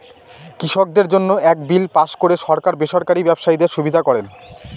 কৃষকদের জন্য এক বিল পাস করে সরকার বেসরকারি ব্যবসায়ীদের সুবিধা করেন